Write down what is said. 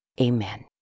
Amen